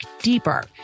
deeper